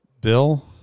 Bill